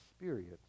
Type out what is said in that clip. experience